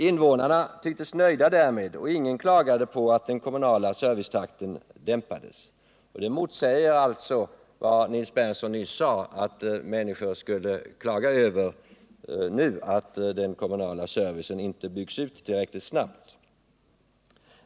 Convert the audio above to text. Invånarna tycktes nöjda därmed, och ingen klagade på att den kommunala servicetakten dämpades. Detta motsäger vad Nils Berndtson nyss sade, att människorna nu skulle klaga över att den kommunala servicen inte byggs ut tillräckligt snabbt.